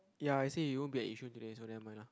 ya he say he won't be at Yishun today so nevermind lah